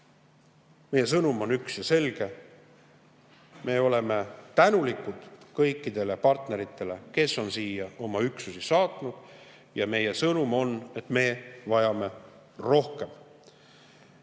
Meie sõnum on üks ja selge. Me oleme tänulikud kõikidele partneritele, kes on siia oma üksusi saatnud. Ja meie sõnum on, et me vajame rohkem.